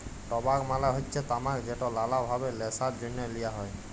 টবাক মালে হচ্যে তামাক যেট লালা ভাবে ল্যাশার জ্যনহে লিয়া হ্যয়